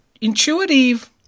intuitive